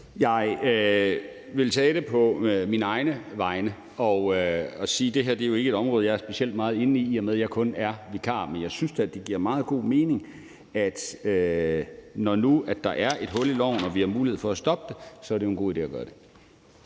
Jeg vil tale på mine egne vegne og sige, at det her jo ikke er et område, jeg er specielt meget inde i, i og med jeg kun er vikar. Men jeg synes da, at når nu der er et hul i loven og vi har mulighed for at stoppe det, er det en god idé at gøre det.